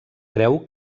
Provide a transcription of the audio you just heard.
creu